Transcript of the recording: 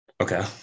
Okay